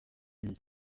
demi